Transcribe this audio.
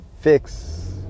fix